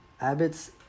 abbott's